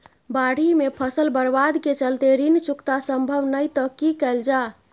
बाढि में फसल बर्बाद के चलते ऋण चुकता सम्भव नय त की कैल जा?